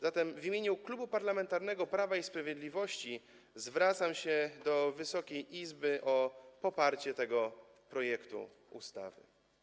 Zatem w imieniu Klubu Parlamentarnego Prawo i Sprawiedliwość zwracam się do Wysokiej Izby o poparcie tego projektu ustawy.